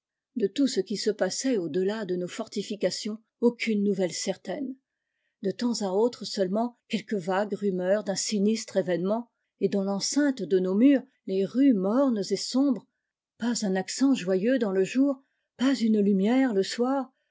de tout ce qui se passait au delà de nos fortifications aucune nouvelle certaine de temps à autre seulement quelque vague rumeur d'un sinistre événement et dans l'enceinte de nos murs les rues mornes et sombres pas un accent joyeux dans le jour pas une lumière le soir